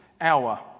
hour